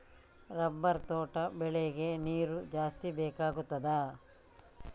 Rubber ತೋಟ ಬೆಳೆಗೆ ನೀರು ಜಾಸ್ತಿ ಬೇಕಾಗುತ್ತದಾ?